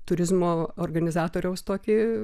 turizmo organizatoriaus tokį